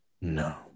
No